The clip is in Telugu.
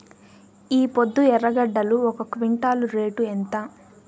ఈపొద్దు ఎర్రగడ్డలు ఒక క్వింటాలు రేటు ఎంత?